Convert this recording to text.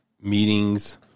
meetings